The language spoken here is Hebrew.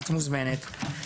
את מוזמנת.